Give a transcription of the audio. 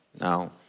Now